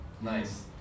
Nice